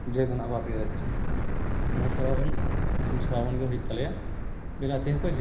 ᱡᱮᱠᱳᱱᱳ ᱟᱵᱟᱫ ᱜᱮ ᱨᱮᱫᱽ ᱚᱪᱚᱣᱟᱱ ᱚᱱᱟ ᱥᱨᱟᱵᱚᱱ ᱥᱮ ᱥᱨᱟᱵᱚᱱ ᱜᱮ ᱦᱩᱭᱩᱜ ᱛᱟᱞᱮᱭᱟ ᱵᱤᱞᱟᱛᱤᱦᱚᱸ ᱠᱚ